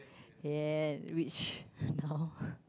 ya rich now